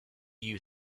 you